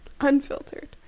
Unfiltered